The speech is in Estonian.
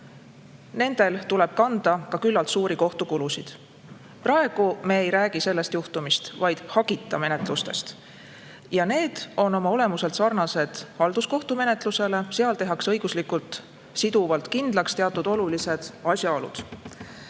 neil tuleb kanda ka küllalt suuri kohtukulusid. Praegu me ei räägi sellest juhtumist, vaid hagita menetlustest. Need on oma olemuselt sarnased halduskohtumenetlusega, seal tehakse õiguslikult siduvalt kindlaks teatud olulised asjaolud.